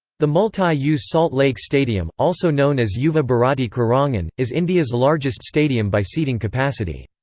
the multi-use salt lake stadium, also known as yuva bharati krirangan, is india's largest stadium by seating capacity.